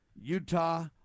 Utah